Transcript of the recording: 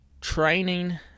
training